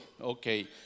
Okay